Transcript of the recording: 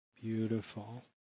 beautiful